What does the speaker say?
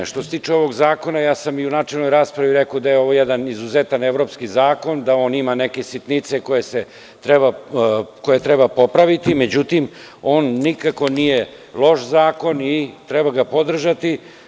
Što se tiče ovog zakona, ja sam i u načelnoj raspravi rekao da je ovo jedan izuzetan evropski zakon, da on ima neke sitnice koje treba popraviti, međutim on nikako nije loš zakon i treba ga podržati.